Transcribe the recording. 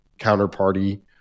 counterparty